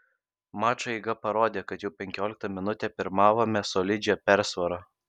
mačo eiga parodė kad jau penkioliktą minutę pirmavome solidžia persvara